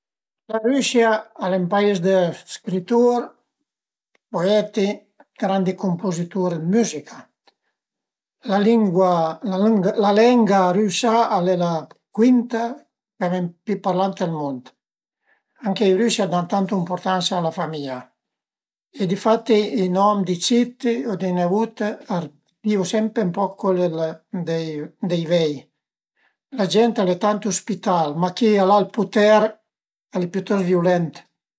Sicürament ën tüte le stagiun dë l'ani a m'pias ën bel piat d'pasta cunn ël pesto o a la carbonara, pöi d'istà magari al e bun ün piat dë pes cun le verdüre e d'invern cun le verdüre dë l'invern 'na bela bistëca dë carn